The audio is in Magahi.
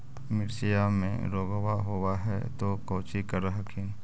मिर्चया मे रोग्बा होब है तो कौची कर हखिन?